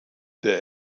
der